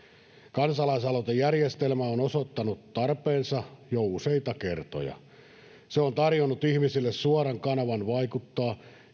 kansalaisaloitejärjestelmä on osoittanut tarpeensa jo useita kertoja se on tarjonnut ihmisille suoran kanavan vaikuttaa